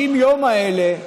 60 הימים האלה,